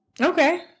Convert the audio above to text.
Okay